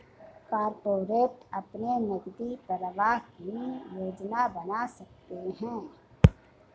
corporate अपने नकदी प्रवाह की योजना बना सकते हैं